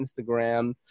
Instagram